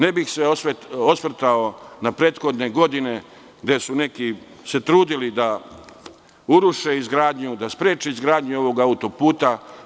Ne bih se osvrtao na prethodne godine gde su se neki trudili da uruše izgradnju, da spreče izgradnju ovog autoputa.